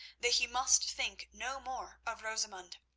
that he must think no more of rosamund.